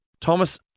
Thomas